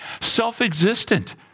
self-existent